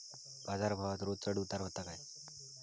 बाजार भावात रोज चढउतार व्हता काय?